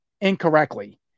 incorrectly